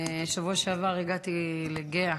בשבוע שעבר הגעתי לגהה,